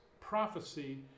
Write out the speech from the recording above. prophecy